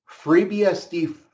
FreeBSD